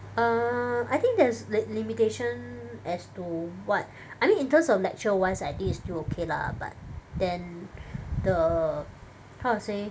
err I think there's a li~ limitation as to what I mean in terms of lecture wise I think it's still okay lah but then the how to say